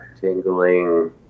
tingling